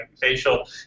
facial